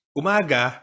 umaga